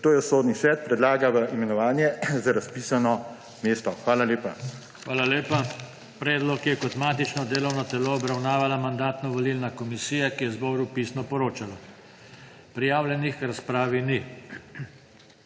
Zato jo Sodni svet predlaga v imenovanje za razpisano mesto. Hvala lepa. PODPREDSEDNIK JOŽE TANKO: Hvala lepa. Predlog je kot matično delovno telo obravnavala Mandatno-volilna komisija, ki je zboru pisno poročala. Prijavljenih k razpravi ni.